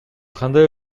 кандай